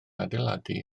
adeiladu